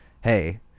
hey